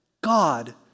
God